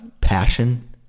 passion